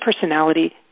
personality